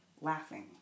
laughing